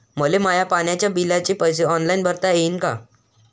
मले माया पाण्याच्या बिलाचे पैसे ऑनलाईन भरता येईन का?